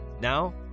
Now